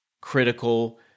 critical